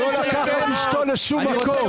הוא לא לקח את אשתו לשום מקום.